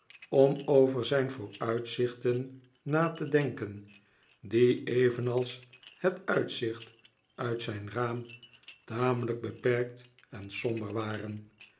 om over zijn vooruitzichten na te denken die evenals het uitzicht uit zijn raam tamelijk beperkt en somber waren